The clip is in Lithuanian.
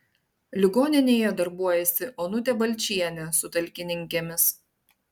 ligoninėje darbuojasi onutė balčienė su talkininkėmis